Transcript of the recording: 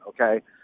okay